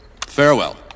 Farewell